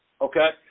Okay